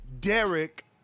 Derek